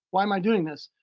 why am i doing this?